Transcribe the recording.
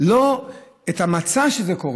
לא מהמצע של זה,